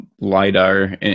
LiDAR